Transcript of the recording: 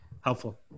helpful